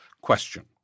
question